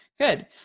good